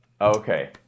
Okay